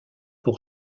pour